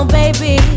baby